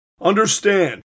Understand